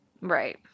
Right